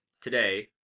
today